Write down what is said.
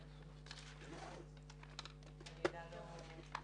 ננעלה בשעה